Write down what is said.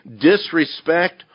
disrespect